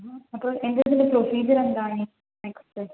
എന്നാൽ അപ്പോൾ എൻ്റെ കൈയ്യിൽ ഉള്ള ഒരു രസീത് കണ്ടാല് എനിക്ക് തരുമോ